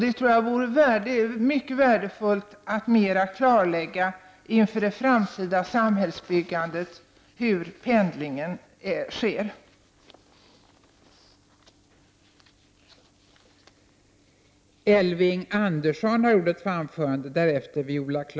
Det vore mycket värdefullt att mera klargöra inför det framtida samhällsbyggandet hur pendlingen går till.